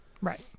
right